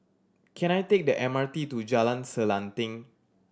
can I take the M R T to Jalan Selanting